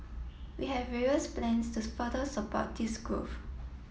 we have various plans to further support this growth